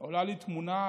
עולה לי תמונה,